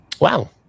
Wow